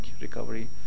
recovery